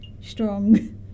strong